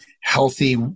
healthy